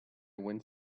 went